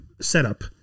setup